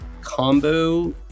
combo